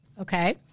Okay